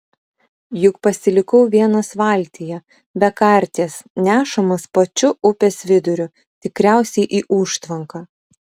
juk pasilikau vienas valtyje be karties nešamas pačiu upės viduriu tikriausiai į užtvanką